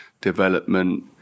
development